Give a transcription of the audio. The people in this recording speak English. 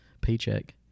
paycheck